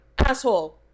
Asshole